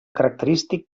característic